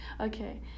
Okay